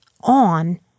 on